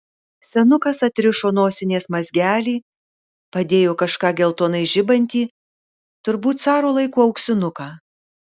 senukas atrišo nosinės mazgelį padėjo kažką geltonai žibantį turbūt caro laikų auksinuką